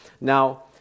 Now